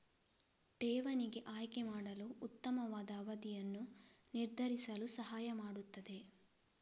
ಠೇವಣಿಗೆ ಆಯ್ಕೆ ಮಾಡಲು ಉತ್ತಮವಾದ ಅವಧಿಯನ್ನು ನಿರ್ಧರಿಸಲು ಸಹಾಯ ಮಾಡುತ್ತದೆ